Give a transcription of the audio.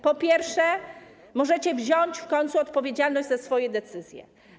Po pierwsze, możecie wziąć w końcu odpowiedzialność za swoje decyzje.